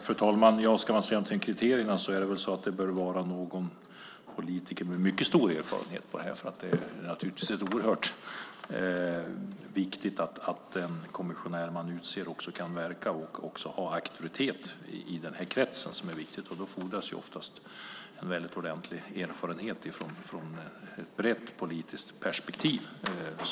Fru talman! Om man ska säga någonting om kriterierna är det väl att det bör vara någon politiker med mycket stor erfarenhet. Det är oerhört viktigt att den kommissionär man utser kan verka och ha auktoritet i den här kretsen, och då fordras det oftast en ordentlig erfarenhet med ett brett politiskt perspektiv.